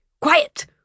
Quiet